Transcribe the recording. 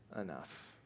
enough